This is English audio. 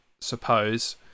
suppose